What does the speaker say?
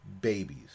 babies